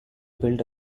build